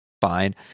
fine